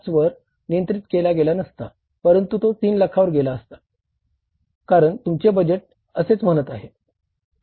5 वर नियंत्रित केला गेला नसता परंतु तो 3 लाखांवर गेला असता का कारण तुमचे बजेट असेच म्हणत आहे